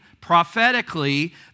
prophetically